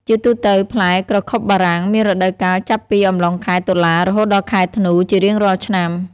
ជាទូទៅ ផ្លែក្រខុបបារាំងមានរដូវកាលចាប់ពីអំឡុងខែ តុលា រហូតដល់ខែធ្នូ ជារៀងរាល់ឆ្នាំ។